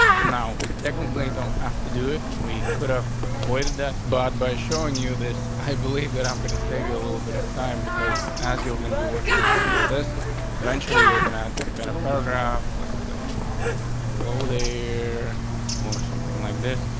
now, we definitely don't have to do it. we could have avoided that. but by showing you this, i believe that i'm going to save you a little bit of time. because as you're going to be working with css eventually organized some kind of paragraph. let's say ah hello there or something like this.